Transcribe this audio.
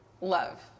love